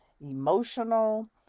emotional